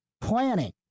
planning